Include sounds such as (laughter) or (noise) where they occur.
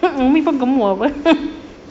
pun umi pun gemuk [pe] (laughs)